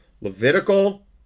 Levitical